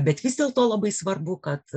bet vis dėlto labai svarbu kad